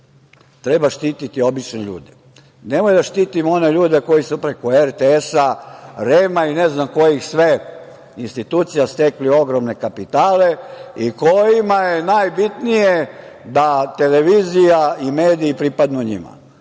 itd. Treba štiti obične ljude. Nemojmo da štitimo one ljude koji su preko RTS, REM-a i ne znam kojih sve institucija stekli ogromne kapitale i kojima je najbitnije da televizija i mediji pripadnu njima.